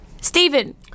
Stephen